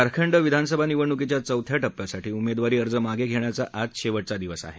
झारखंड विधानसभा निवडणुकीच्या चौथ्या टप्प्यासाठी उमेदवारी अर्ज मागे घेण्याचा आज शेवटचा दिवस आहे